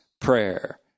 prayer